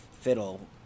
fiddle